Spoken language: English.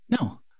No